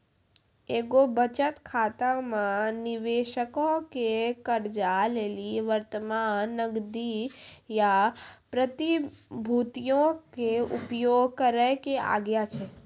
एगो बचत खाता मे निबेशको के कर्जा लेली वर्तमान नगदी या प्रतिभूतियो के उपयोग करै के आज्ञा छै